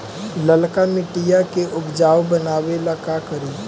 लालका मिट्टियां के उपजाऊ बनावे ला का करी?